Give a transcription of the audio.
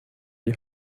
die